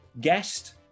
Guest